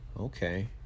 Okay